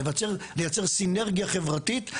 לייצר סינרגיה חברתית.